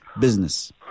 business